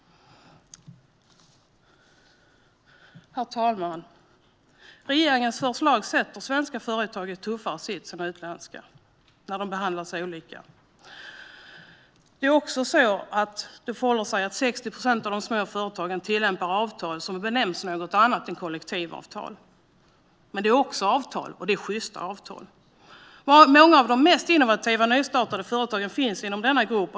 Herr talman! Regeringens förslag sätter svenska företag i en tuffare sits än utländska. De behandlas olika. Det är också så att 60 procent av de små företagen tillämpar avtal. De benämns som något annat än kollektivavtal. Men det är avtal, och det är sjysta avtal. Många av de mest innovativa nystartade företagen finns inom denna grupp.